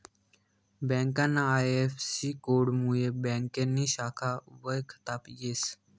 ब्यांकना आय.एफ.सी.कोडमुये ब्यांकनी शाखा वयखता येस